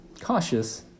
Cautious